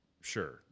sure